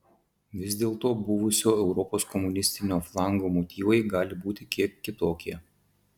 vis dėlto buvusio europos komunistinio flango motyvai gali būti kiek kitokie